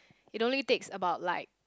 it only takes about like